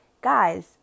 guys